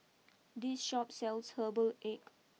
this Shop sells Herbal Egg